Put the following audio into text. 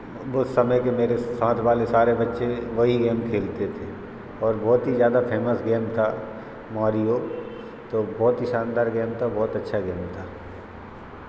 उस समय के मेरे साथ वाले सारे बच्चे वही गेम खेलते थे और बहुत ही ज़्यादा फे़मस गेम था माॅरिओ तो बहुत ही शानदार गेम था बहुत अच्छा गेम था